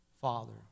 father